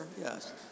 Yes